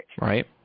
Right